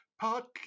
Partly